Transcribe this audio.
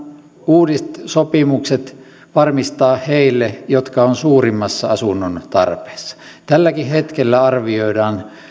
uudet sopimukset varmistaa heille jotka ovat suurimmassa asunnon tarpeessa tälläkin hetkellä arvioidaan